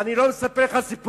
ואני לא מספר לך סיפורים,